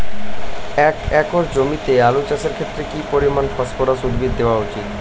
এক একর জমিতে আলু চাষের ক্ষেত্রে কি পরিমাণ ফসফরাস উদ্ভিদ দেওয়া উচিৎ?